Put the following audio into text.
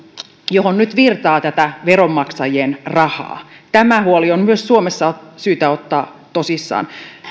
johon nyt virtaa tätä veronmaksajien rahaa tämä huoli on myös suomessa syytä ottaa tosissaan